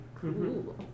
Cool